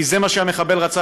כי זה מה שהמחבל רצה,